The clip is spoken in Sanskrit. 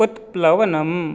उत्प्लवनम्